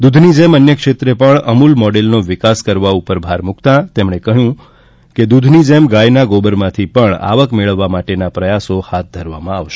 દુઘની જેમ અન્ય ક્ષેત્રે પણ અમુલ મોડેલનો વિકાસ કરવા ઉપર ભાર મુકતા તેમણે કહ્યું કે દૂધ ની જેમ ગાયના ગોબરમાંથી પણ આવક મેળવવવા માટે પ્રયાસો હાથ ધરવામાં આવશે